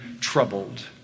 troubled